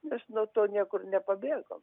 mes nuo to niekur nepabėgom